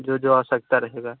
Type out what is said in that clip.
जो जो आवश्यकता रहेगी